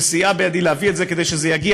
שסייעה בידי להביא את זה כדי שזה יגיע